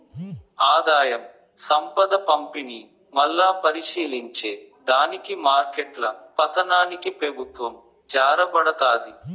ఆదాయం, సంపద పంపిణీ, మల్లా పరిశీలించే దానికి మార్కెట్ల పతనానికి పెబుత్వం జారబడతాది